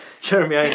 Jeremy